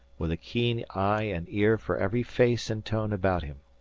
with a keen eye and ear for every face and tone about him.